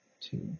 Two